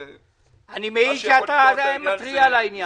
אני מעיד שאתה עדיין מתריע על העניין.